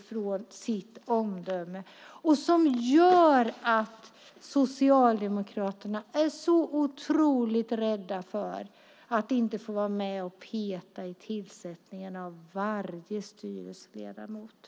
Vad är det som gör att Socialdemokraterna är så otroligt rädda för att inte få vara med och peta i tillsättningen av varje styrelseledamot?